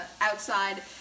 outside